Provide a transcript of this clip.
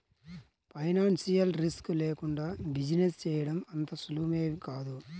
financial risk లేకుండా business చేయడం అంత సులువేమీ కాదు